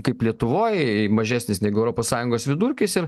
kaip lietuvoj mažesnis negu europos sąjungos vidurkis ir